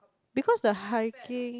because the hiking